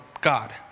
God